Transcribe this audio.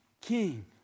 King